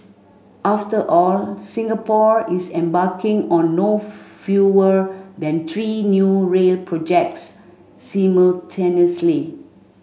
after all Singapore is embarking on no fewer than three new rail projects simultaneously